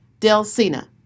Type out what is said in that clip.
Delsina